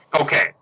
okay